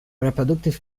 reproductive